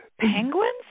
penguins